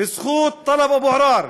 בזכות טלב אבו עראר,